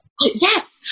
Yes